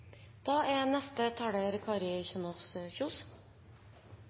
Da har representanten Kari Kjønaas Kjos